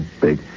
big